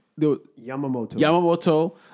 Yamamoto